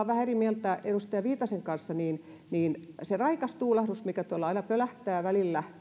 vähän eri mieltä edustaja viitasen kanssa niin niin se raikas tuulahdus mikä tuolla pöntössäkin aina välillä